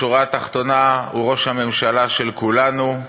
בשורה התחתונה הוא ראש הממשלה של כולנו.